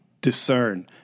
discern